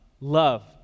Love